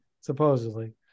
Supposedly